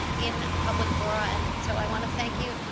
in public fora. and so i want to thank you,